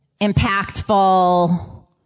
impactful